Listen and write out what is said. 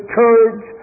courage